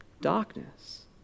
Darkness